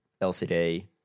LCD